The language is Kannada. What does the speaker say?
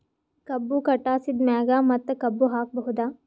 ಕಬ್ಬು ಕಟಾಸಿದ್ ಮ್ಯಾಗ ಮತ್ತ ಕಬ್ಬು ಹಾಕಬಹುದಾ?